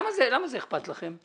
למה זה אכפת לכם?